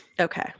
okay